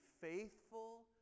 faithful